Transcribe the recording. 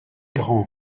grand